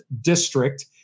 district